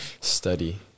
Study